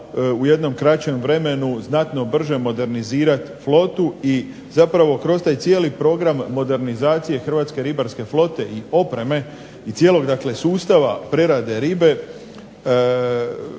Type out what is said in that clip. u jednom kraćem vremenu znatno brže modernizirati flotu, i zapravo kroz taj cijeli program modernizacije hrvatske ribarske flote i opreme i cijelog dakle sustava prerade ribe